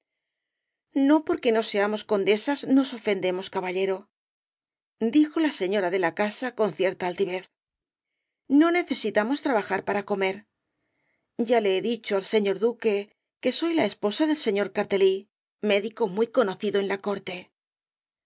no porque no seamos condesas nos ofendemos caballero dijo la señora de la casa con cierta altivez no necesitamos trabajar para comer ya le he dicho al señor duque que soy la esposa del señor cartelí médico muy conocido en la corte